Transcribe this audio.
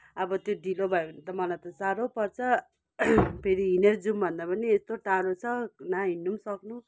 अब त्यो ढिलो भयो भने त मलाई त साह्रो पर्छ फेरि हिँडेर जाऊँ भन्दा पनि यत्रो टाढो छ न हिँड्नु सक्नु